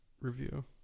review